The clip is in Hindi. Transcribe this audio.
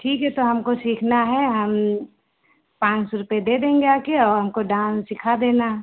ठीक है तो हमको सीखना है हम पाँच सौ रुपये दे देंगे आके और हमको डान्स सिखा देना